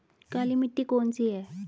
काली मिट्टी कौन सी है?